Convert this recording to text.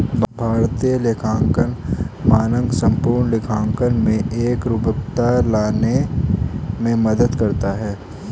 भारतीय लेखांकन मानक संपूर्ण लेखांकन में एकरूपता लाने में मदद करता है